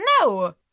No